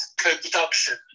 co-production